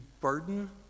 burden